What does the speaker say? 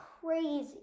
crazy